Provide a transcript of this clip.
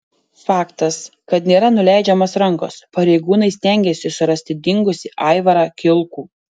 faktas kad nėra nuleidžiamos rankos pareigūnai stengiasi surasti dingusį aivarą kilkų